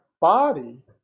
body